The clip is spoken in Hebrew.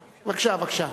בבקשה, בבקשה.